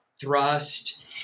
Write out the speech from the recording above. thrust